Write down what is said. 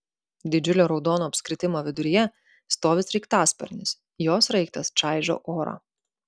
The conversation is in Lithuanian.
didžiulio raudono apskritimo viduryje stovi sraigtasparnis jo sraigtas čaižo orą